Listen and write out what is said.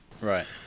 Right